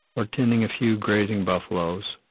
or tending a few grazing buffaloes,